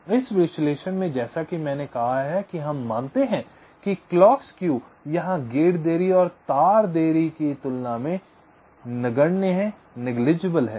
इसलिए इस विश्लेषण में जैसा कि मैंने कहा कि हम मानते हैं कि क्लॉक स्क्यू यहां गेट देरी और तार देरी की तुलना में नगण्य है